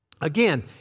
Again